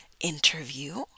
interview